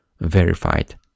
verified